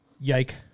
Yike